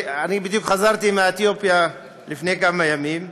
אני בדיוק חזרתי מאתיופיה לפני כמה ימים.